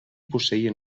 posseïa